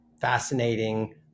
fascinating